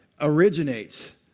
originates